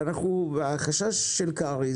החשש של קרעי,